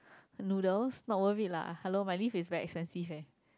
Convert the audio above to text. noodles not worth it lah hello my leave is very expensive leh